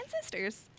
sisters